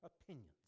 opinions